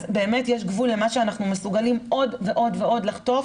אז באמת יש גבול למה שאנחנו מסוגלים עוד ועוד ועוד לחטוף.